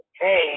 Hey